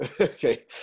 okay